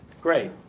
Great